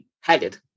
headed